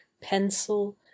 pencil